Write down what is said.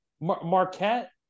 Marquette